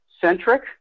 centric